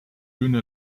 bühne